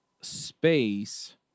space